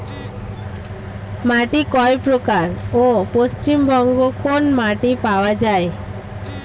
মাটি কয় প্রকার ও পশ্চিমবঙ্গ কোন মাটি পাওয়া য়ায়?